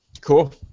Cool